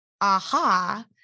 aha